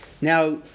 Now